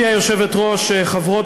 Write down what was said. יושב-ראש קק"ל,